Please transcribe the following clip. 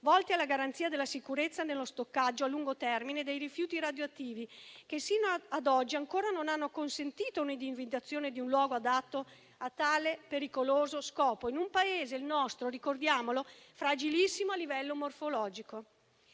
volti alla garanzia della sicurezza nello stoccaggio a lungo termine dei rifiuti radioattivi, che sino ad oggi ancora non hanno consentito l'individuazione di un luogo adatto a tale pericoloso scopo, in un Paese, il nostro - ricordiamolo - fragilissimo a livello morfologico.